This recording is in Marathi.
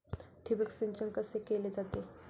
ठिबक सिंचन कसे केले जाते?